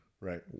Right